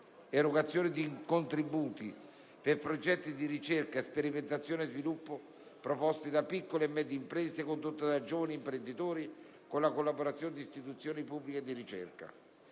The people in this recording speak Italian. l'erogazione di contributi per progetti di ricerca, sperimentazione e sviluppo proposti da piccole e medie imprese condotte da giovani imprenditori con la collaborazione di istituzioni pubbliche di ricerca;